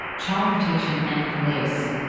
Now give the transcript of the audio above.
child protection and police.